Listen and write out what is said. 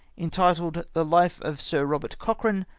entitled. the life of sir eobert cochrane,